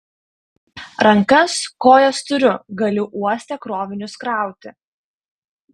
rankas kojas turiu galiu uoste krovinius krauti